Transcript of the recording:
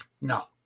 no